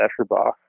Escherbach